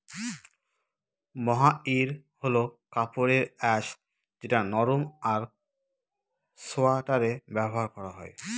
মহাইর হল কাপড়ের আঁশ যেটা নরম আর সোয়াটারে ব্যবহার করা হয়